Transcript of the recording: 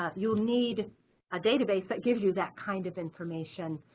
ah you'll need a database that gives you that kind of information